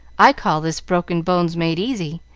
i call this broken bones made easy.